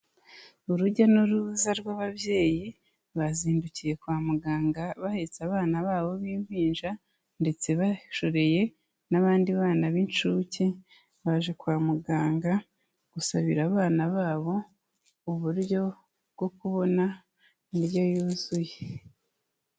Urujya n'uruza rw'ababyeyi bazindukiye kwa muganga bahetse abana babo b'impinja ndetse bashoreye n'abandi bana b'incuke, baje kwa muganga gusabira abana babo uburyo bwo kubona indyo yuzuye.